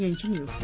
यांची नियुक्ती